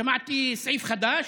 שמעתי סעיף חדש: